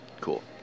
Cool